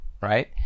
right